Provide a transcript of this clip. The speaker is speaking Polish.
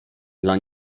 dla